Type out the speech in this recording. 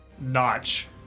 notch